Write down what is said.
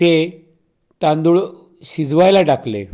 ते तांदूळ शिजवायला टाकले